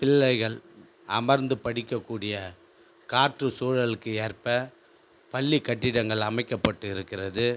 பிள்ளைகள் அமர்ந்து படிக்கக்கூடிய காற்று சூழலுக்கு ஏற்ப பள்ளி கட்டிடங்கள் அமைக்கப்பட்டு இருக்கிறது